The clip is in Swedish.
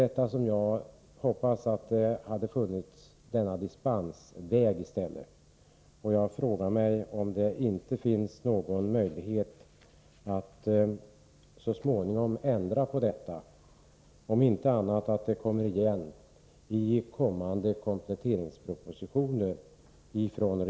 Jag hade hoppats att denna dispensväg i stället hade funnits. Jag undrar om det inte finns någon möjlighet att så småningom ändra på detta eller om förslaget kan, om inte annat, komma igen i kommande kompletteringspropositioner.